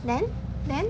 then then